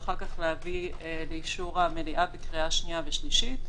ואחר כך להביא לאישור המליאה בקריאה שנייה ושלישית,